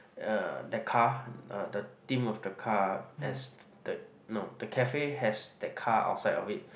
uh the car the theme of the car as the no the cafe has the car outside of it